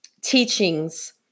teachings